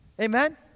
Amen